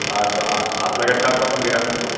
अस्तु अर् अर्धण्टाघत्मकं विरामम्